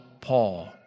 Paul